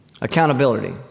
Accountability